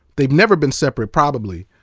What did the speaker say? they've never been separate, probably,